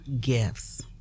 gifts